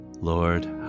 Lord